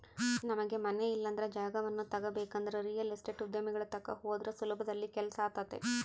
ನಮಗೆ ಮನೆ ಇಲ್ಲಂದ್ರ ಜಾಗವನ್ನ ತಗಬೇಕಂದ್ರ ರಿಯಲ್ ಎಸ್ಟೇಟ್ ಉದ್ಯಮಿಗಳ ತಕ ಹೋದ್ರ ಸುಲಭದಲ್ಲಿ ಕೆಲ್ಸಾತತೆ